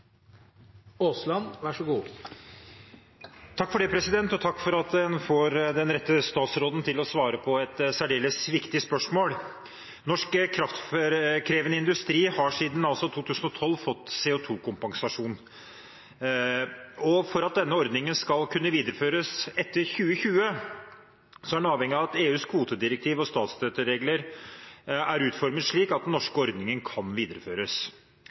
Takk for at man får den rette statsråden til å svare på et særdeles viktig spørsmål. «Norsk kraftkrevende industri har siden 2012 fått CO 2 -kompensasjon. For at denne ordningen skal kunne videreføres også etter 2020, må EUs kvotedirektiv og statsstøtteregler være utformet slik at den norske ordningen kan videreføres.